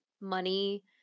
money